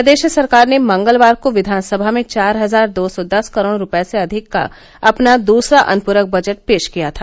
प्रदेश सरकार ने मंगलवार को विधानसभा में चार हजार दो सौ दस करोड़ रूपये से अधिक का अपना दूसरा अनुपूरक बजट पेश किया था